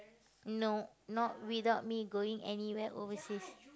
no not without me going anywhere overseas